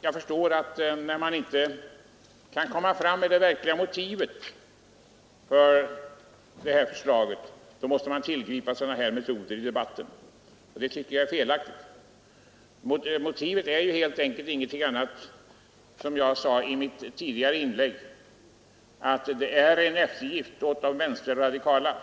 Jag förstår att när man inte kan ange det verkliga motivet för förslaget måste man tillgripa sådana här metoder i debatten. Det tycker jag är felaktigt. Motivet är ju — som jag sade i mitt tidigare inlägg — helt enkelt att man vill göra en eftergift åt de vänsterradikala